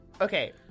Okay